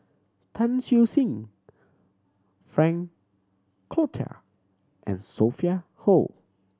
Tan Siew Sin Frank Cloutier and Sophia Hull